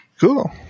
Cool